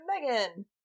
Megan